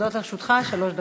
עומדות לרשותך שלוש דקות.